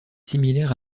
similaire